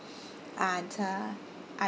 and uh